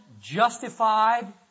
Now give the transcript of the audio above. justified